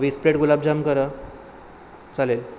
वीस प्लेट गुलाबजाम करा चालेल